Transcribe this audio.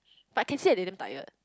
but I can see they didn't tired